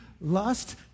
Lust